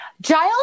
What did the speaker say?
Giles